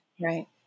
Right